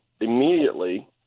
immediately